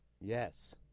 Yes